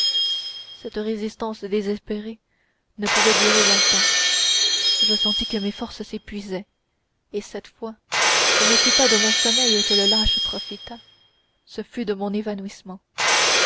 cette résistance désespérée ne pouvait durer longtemps je sentis mes forces qui s'épuisaient et cette fois ce ne fut pas de mon sommeil que le lâche profita ce fut de mon évanouissement